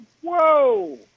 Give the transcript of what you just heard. Whoa